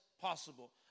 possible